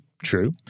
true